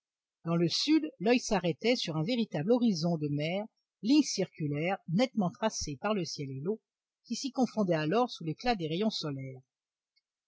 dans le sud l'oeil s'arrêtait sur un véritable horizon de mer ligne circulaire nettement tracée par le ciel et l'eau qui s'y confondaient alors sous l'éclat des rayons solaires